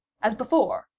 as before,